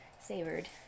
savored